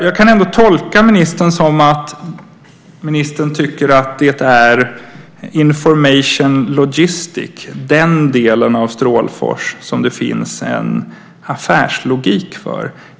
Jag kan ändå tolka ministern som att ministern tycker att det är information logistics delen av Strålfors som det finns en affärslogik för.